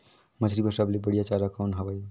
मछरी बर सबले बढ़िया चारा कौन हवय?